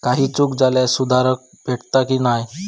काही चूक झाल्यास सुधारक भेटता की नाय?